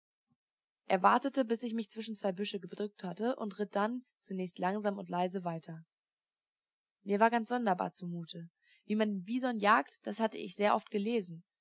wartete bis ich mich zwischen zwei büsche gedrückt hatte und ritt dann zunächst langsam und leise weiter mir war ganz sonderbar zu mute wie man den bison jagt das hatte ich sehr oft gelesen